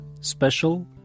Special